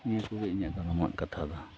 ᱱᱤᱭᱟᱹ ᱠᱚᱜᱮ ᱤᱧᱟᱹᱜ ᱜᱚᱱᱚᱝᱼᱟᱱ ᱠᱟᱛᱷᱟ ᱫᱚ